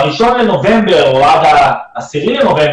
ב-1 בנובמבר או ב-10 בנובמבר,